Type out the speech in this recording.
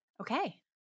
Okay